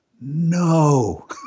no